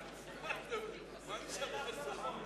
זה לא סעיף תקציבי.